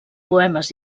poemes